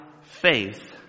faith